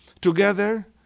together